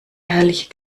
herrliche